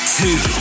two